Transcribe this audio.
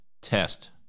test